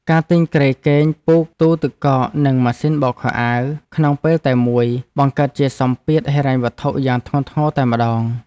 ការទិញគ្រែគេងពូកទូទឹកកកនិងម៉ាស៊ីនបោកខោអាវក្នុងពេលតែមួយបង្កើតជាសម្ពាធហិរញ្ញវត្ថុយ៉ាងធ្ងន់ធ្ងរតែម្ដង។